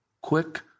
quick